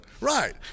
Right